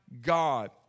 God